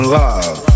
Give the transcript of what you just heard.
love